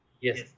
Yes